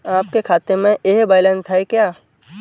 आपके खाते में यह बैलेंस है क्या?